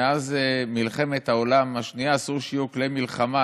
מאז מלחמת העולם השנייה אסור שיהיו כלי מלחמה,